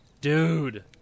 Dude